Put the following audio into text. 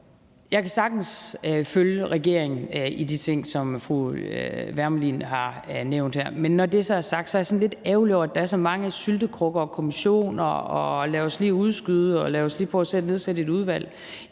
Jeg kan sagtens følge regeringen i de ting, som fru Lea Wermelin har nævnt her, men når det så er sagt, er jeg lidt ærgerlig over, at der er så mange syltekrukker og kommissioner, og at man i det her regeringsgrundlag